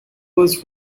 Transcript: was